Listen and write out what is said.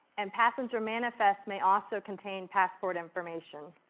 and passenger manifests may also contain passport information.